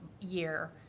year